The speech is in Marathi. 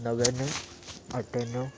नव्याण्णव अठ्याण्णव